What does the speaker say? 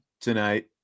tonight